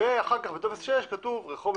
ואחר כך בטופס 6 כתוב רחוב,